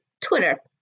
Twitter